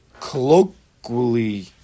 Colloquially